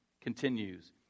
continues